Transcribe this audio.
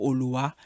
Olua